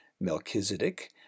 Melchizedek